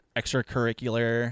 extracurricular